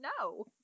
No